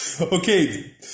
Okay